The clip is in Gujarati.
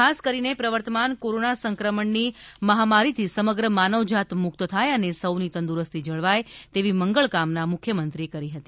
ખાસ કરીને પ્રવર્તમાન કોરોના સંક્રમણની મહામારીથી સમગ્ર માનવ જાત મુક્ત થાય અને સૌની તંદુરસ્તી જળવાય તેવી મંગલ કામના મુખ્યમંત્રીશ્રીએ કરી હતી